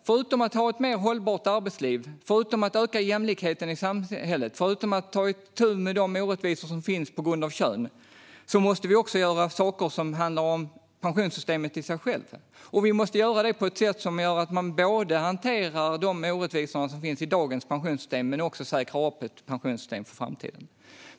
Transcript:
Förutom att ha ett mer hållbart arbetsliv, förutom att öka jämlikheten i samhället och förutom att ta itu med de orättvisor som finns på grund av kön måste vi också göra saker som handlar om pensionssystemet i sig självt. Vi måste göra det på ett sätt som gör att man både hanterar de orättvisor som finns i dagens pensionssystem och också säkrar upp ett pensionssystem för framtiden.